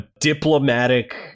Diplomatic